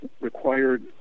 required